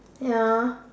ya